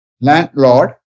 landlord